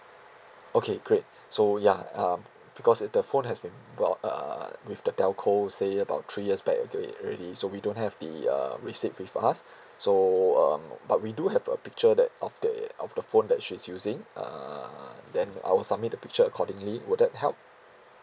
okay great so ya um because uh the phone has been bro~ uh with the telco say about three years back okay already so we don't have the uh receipt with us so um but we do have a picture that of the of the phone that she's using uh then I'll submit the picture accordingly would that help